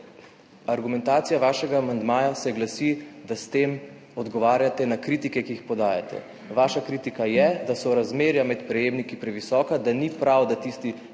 Argumentacija vašega amandmaja se glasi, da s tem odgovarjate na kritike, ki jih podajate. Vaša kritika je, da so razmerja med prejemniki previsoka, da ni prav, da tisti z